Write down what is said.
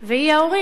והיא ההורים,